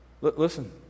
Listen